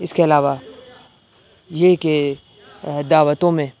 اس کے علاوہ یہ کہ دعوتوں میں